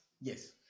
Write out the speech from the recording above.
yes